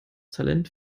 talent